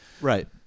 right